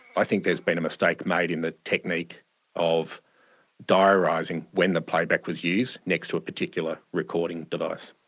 i think there's been a mistake made in the technique of diarising when the playback was used next to a particular recording device.